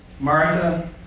Martha